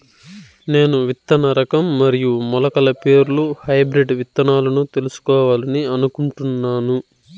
నేను విత్తన రకం మరియు మొలకల పేర్లు హైబ్రిడ్ విత్తనాలను తెలుసుకోవాలని అనుకుంటున్నాను?